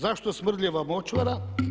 Zašto smrdljiva močvara?